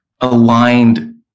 aligned